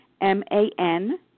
m-a-n